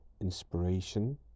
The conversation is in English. inspiration